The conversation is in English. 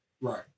Right